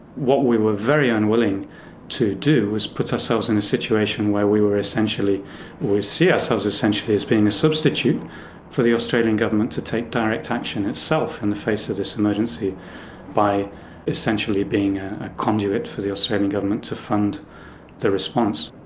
what we were very unwilling to do was put ourselves in a situation where we were essentially, where we see ourselves essentially as being a substitute for the australian government to take direct action itself in the face of this emergency by essentially being a conduit for the australian government to fund the response.